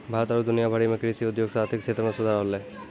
भारत आरु दुनिया भरि मे कृषि उद्योग से आर्थिक क्षेत्र मे सुधार होलै